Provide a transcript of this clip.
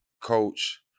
coach